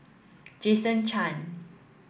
Jason Chan